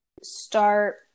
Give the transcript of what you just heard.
start